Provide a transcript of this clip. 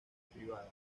privada